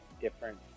different